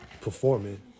performing